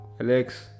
Alex